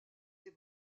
ses